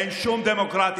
אין שום דמוקרטיה.